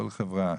כל חברה,